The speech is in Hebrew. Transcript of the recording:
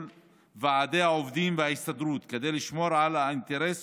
ועדי העובדים וההסתדרות כדי לשמור על האינטרס